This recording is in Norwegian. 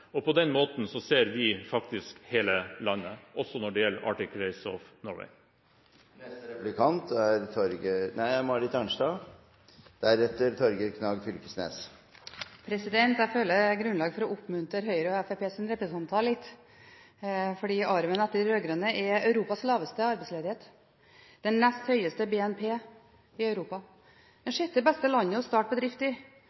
På den måten ser vi faktisk hele landet – også når det gjelder Arctic Race of Norway. Jeg føler grunn til å oppmuntre Høyres og Fremskrittspartiets representanter litt, fordi arven etter de rød-grønne er at vi har Europas laveste arbeidsledighet og er det landet i Europa med nest høyest BNP, at vi er det sjette beste landet å starte bedrift i,